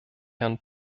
herrn